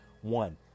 One